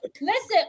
listen